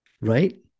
right